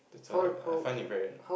so I I find it very